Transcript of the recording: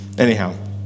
Anyhow